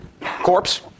corpse